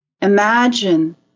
Imagine